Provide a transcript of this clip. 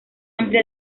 amplia